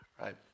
right